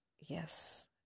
Yes